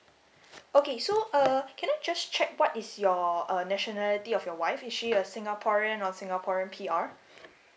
okay so uh can I just check what is your uh nationality of your wife is she a singaporean of singaporean P_R